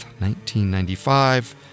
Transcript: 1995